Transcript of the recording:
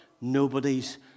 Nobody's